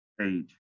age